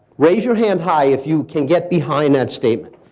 raise your hand high if you can get behind that statement.